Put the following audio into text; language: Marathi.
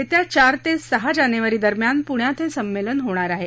येत्या चार ते सहा जानेवारी दरम्यान पुण्यात हे संमेलन होणार आहे